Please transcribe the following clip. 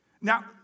Now